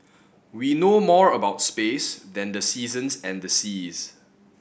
we know more about space than the seasons and the seas